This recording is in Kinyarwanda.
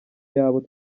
yabo